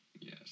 Yes